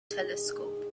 telescope